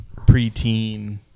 preteen